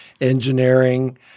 engineering